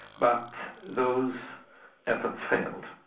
but those efforts failed.